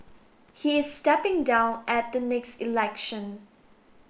he is stepping down at the next election